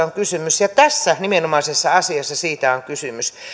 on kysymys ja tässä nimenomaisessa asiassa siitä on kysymys